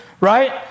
right